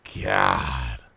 God